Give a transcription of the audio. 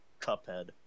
Cuphead